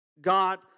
God